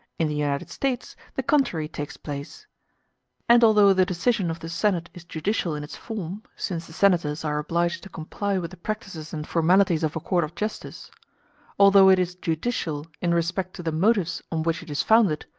in the united states the contrary takes place and although the decision of the senate is judicial in its form, since the senators are obliged to comply with the practices and formalities of a court of justice although it is judicial in respect to the motives on which it is founded,